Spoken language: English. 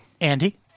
Andy